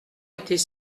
était